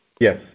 Yes